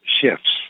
shifts